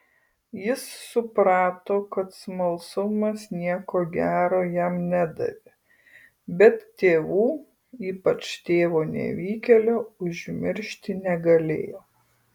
jis suprato kad smalsumas nieko gero jam nedavė bet tėvų ypač tėvo nevykėlio užmiršti negalėjo